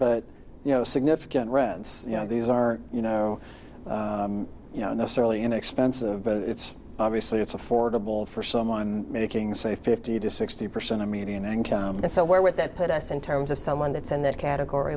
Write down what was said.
but you know significant rents you know these aren't you know you know necessarily inexpensive but it's obviously it's affordable for someone making say fifty to sixty percent of median income so where would that put us in terms of someone that's in that category